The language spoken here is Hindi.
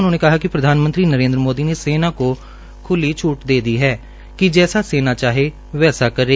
उन्होंने कहा कि प्रधानमंत्री नरेन्द्र मोदी ने सेना को ख्ली छूट दे दी हप्कि जक्सा सेना चाहे वक्सा करे